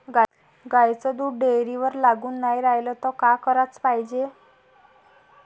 गाईचं दूध डेअरीवर लागून नाई रायलं त का कराच पायजे?